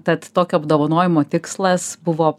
tad tokio apdovanojimo tikslas buvo